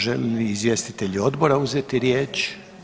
Žele li izvjestitelji odbora uzeti riječ?